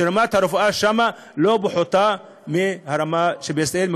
שרמת הרפואה שם לא פחותה מהרמה שבישראל,